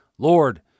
Lord